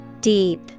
Deep